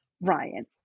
Ryan